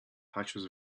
patches